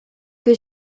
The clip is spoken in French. que